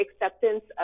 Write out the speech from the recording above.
acceptance